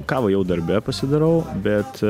kavą jau darbe pasidarau bet